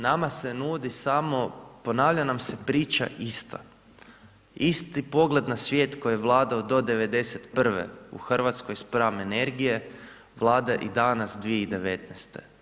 Nama se nudi samo, ponavlja nam se priča ista, isti pogled na svijet koji vlada do '91. u Hrvatskoj spram energije vlada i danas 2019.